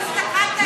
לא הסתכלת אלי.